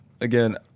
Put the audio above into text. again